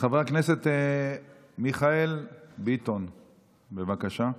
חבר הכנסת מיכאל ביטון, בבקשה.